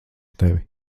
tevi